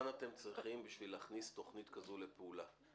אתם צריכים בשביל להכניס תוכנית כזאת לפעולה?